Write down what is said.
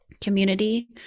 Community